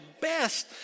best